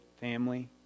family